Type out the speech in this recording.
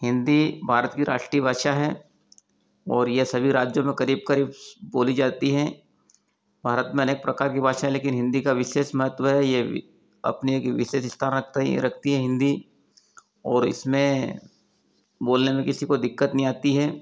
हिन्दी भारत की राष्ट्रीय भाषा है और यह सभी राज्यों में करीब करीब बोली जाती हैं भारत में अनेक प्रकार की भाषा है लेकिन हिन्दी का विशेष महत्व है ये अपने एक विशेष स्थान रखता है रखती है हिन्दी और इसमें बोलने में किसी को दिक्कत नहीं आती है